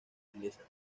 inglesa